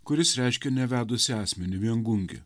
kuris reiškia nevedusį asmenį viengungį